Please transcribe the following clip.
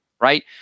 right